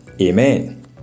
Amen